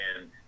and-